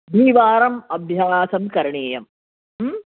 द्विवारम् अभ्यासं करणीयं